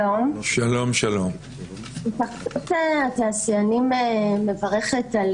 שלום, התאחדות התעשיינים מברכת על